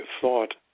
thought